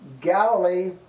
Galilee